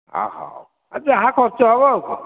ଅ ହଉ ଯାହା ଖର୍ଚ୍ଚ ହେବ ଆଉ କ'ଣ